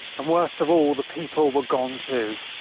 um worst of all, the people were gone too.